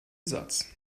satz